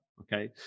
okay